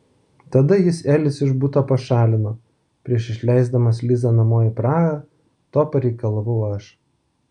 tada jis elis iš buto pašalino prieš išleisdamas lizą namo į prahą to pareikalavau aš